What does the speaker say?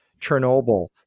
Chernobyl